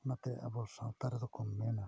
ᱚᱱᱟᱛᱮ ᱟᱵᱚ ᱥᱟᱶᱛᱟ ᱨᱮᱫᱚ ᱠᱚ ᱢᱮᱱᱟ